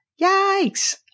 Yikes